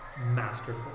masterful